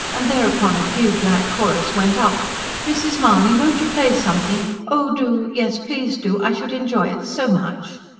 and thereupon a fugue-like chorus went up mrs. mahony, won't you play something oh, do yes, please, do. i should enjoy it so much.